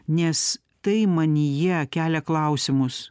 nes tai manyje kelia klausimus